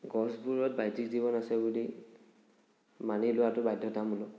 গছবোৰত বাহ্য়িক জীৱন আছে বুলি মানি লোৱাটো বাধ্য়তামূলক